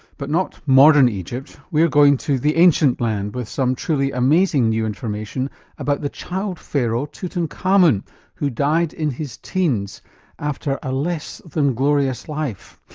but not modern egypt, we're going to the ancient land with some truly amazing new information about the child pharaoh tutankhamen who died in his teens after a less than glorious life.